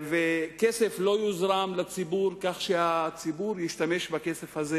כסף לא יוזרם לציבור כדי שהציבור ישתמש בכסף הזה